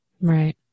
Right